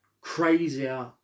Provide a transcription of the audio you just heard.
crazier